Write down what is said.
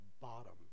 bottom